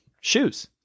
shoes